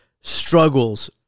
struggles